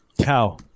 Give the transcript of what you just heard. Cow